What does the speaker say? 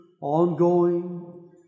ongoing